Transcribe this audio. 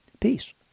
peace